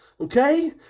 Okay